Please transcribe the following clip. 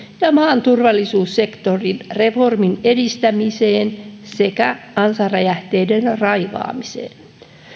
ja maan turvallisuussektorin reformin edistämiseen sekä ansaräjähteiden raivaamiseen